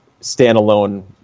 standalone